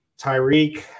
Tyreek